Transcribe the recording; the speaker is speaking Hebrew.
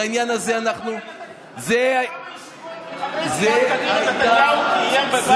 את העניין הזה אנחנו --- כמה ישיבות --- נתניהו קיים בבלפור?